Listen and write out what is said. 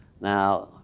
Now